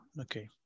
okay